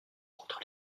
contre